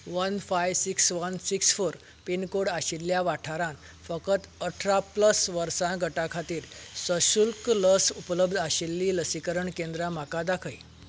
one five six one six four pin code आशिल्ल्या वाठारांत फकत अठरा प्लस वर्सां गटा खातीर सशुल्क लस उपलब्ध आशिल्लीं लसीकरण केंद्रां म्हाका दाखय